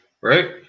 right